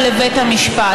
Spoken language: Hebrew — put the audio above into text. לבית המשפט.